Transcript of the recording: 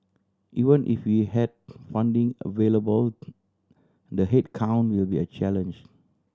even if we had funding available the headcount will be a challenge